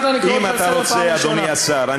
כדי להצביע, לא להדליק מדורות.